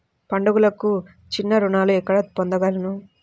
పండుగలకు చిన్న రుణాలు ఎక్కడ పొందగలను?